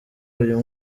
uyu